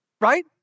right